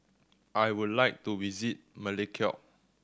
I would like to visit Melekeok